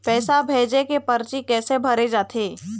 पैसा भेजे के परची कैसे भरे जाथे?